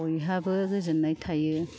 बयहाबो गोजोन्नाय थायो